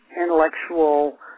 intellectual